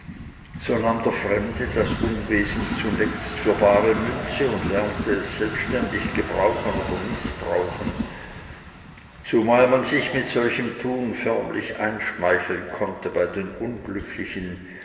nahm der fremde das unwesen zuletzt für bare münze und lernte es selbständig gebrauchen oder mißbrauchen zumal man sich mit solchem tun förmlich einschmeicheln konnte bei den unglücklichen